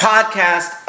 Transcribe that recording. Podcast